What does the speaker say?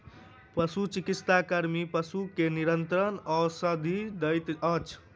पशुचिकित्सा कर्मी पशु के निरंतर औषधि दैत अछि